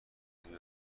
میکنی